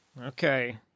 Okay